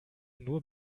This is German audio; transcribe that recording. nur